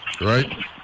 right